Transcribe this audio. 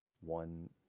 one